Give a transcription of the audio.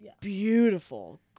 beautiful